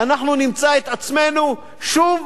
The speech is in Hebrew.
אנחנו נמצא את עצמנו שוב